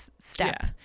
step